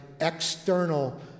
external